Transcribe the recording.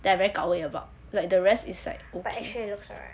I very 搞为 about like the rest is like okay